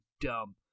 dumb